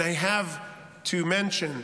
and I have to mention,